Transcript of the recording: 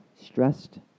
stressed